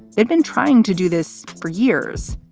they've been trying to do this for years.